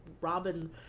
Robin